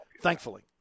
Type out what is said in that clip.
Thankfully